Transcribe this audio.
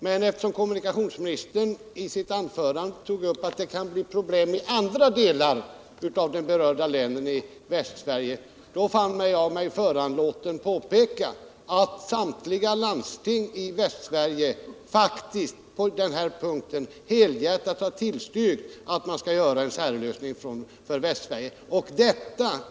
Men eftersom kommunikationsministern i sitt anförande nämnde att det kan bli problem i andra delar av de berörda länen i Västsverige, fann jag mig föranlåten påpeka att samtliga landsting i Västsverige på den här punkten faktiskt helhjärtat har tillstyrkt att man skall utarbeta en särlösning för Västsverige.